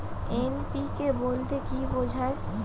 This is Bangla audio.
এন.পি.কে বলতে কী বোঝায়?